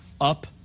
up